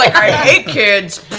i hate kids!